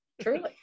truly